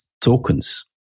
tokens